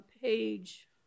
PAGE